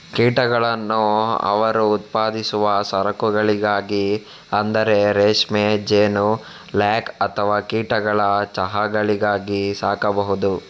ಕೀಟಗಳನ್ನು ಅವರು ಉತ್ಪಾದಿಸುವ ಸರಕುಗಳಿಗಾಗಿ ಅಂದರೆ ರೇಷ್ಮೆ, ಜೇನು, ಲ್ಯಾಕ್ ಅಥವಾ ಕೀಟಗಳ ಚಹಾಗಳಿಗಾಗಿ ಸಾಕಬಹುದು